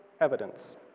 evidence